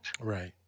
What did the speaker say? Right